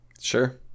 Sure